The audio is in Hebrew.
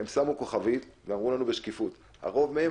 הם שמו כוכבית ואמרו לנו בשקיפות: הרוב מהם,